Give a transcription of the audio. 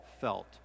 felt